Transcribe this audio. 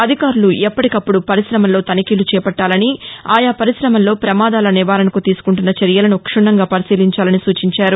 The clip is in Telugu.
అధికారులు ఎప్పటికప్పుడు పరిశమల్లో తనిఖీలు చేపట్టాలని ఆయా పరికమల్లో ప్రమాదాల నివారణకు తీసుకుంటున్న చర్యలను క్షుణ్ణంగా పరిశీలించాలని సూచించారు